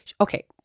okay